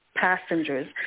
passengers